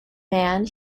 man